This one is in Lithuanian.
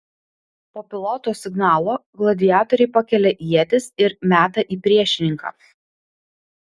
po piloto signalo gladiatoriai pakelia ietis ir meta į priešininką